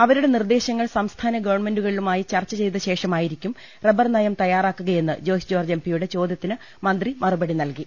അവരുടെ നിർദേശങ്ങൾ സംസ്ഥാന ഗവൺമെന്റുകളുമായി ചർച്ച ചെയ്ത ശേഷമായിരിക്കും റബ്ബർ നയം തയാറാക്കുകയെന്ന് ജോയ്സ് ജോർജ് എംപിയുടെ ചോദ്യത്തിന് മന്ത്രി മറുപടി നൽകി